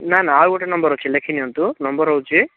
ନା ନା ଆଉ ଗୋଟେ ନମ୍ବର ଅଛି ଲେଖି ନିଅନ୍ତୁ ନମ୍ବର ହେଉଛି